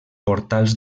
portals